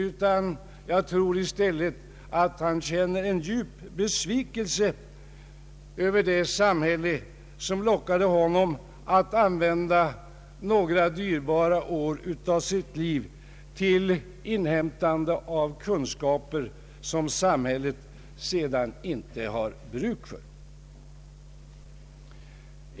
Jag tror i stället att han känner en djup besvikelse över det samhälle som lockat honom att använda några dyrbara år av sitt liv till inhämtande av kunskaper som han själv och samhället sedan inte har bruk för.